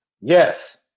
yes